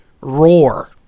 roar